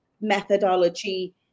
methodology